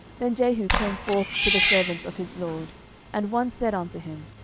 then jehu came forth to the servants of his lord and one said unto him,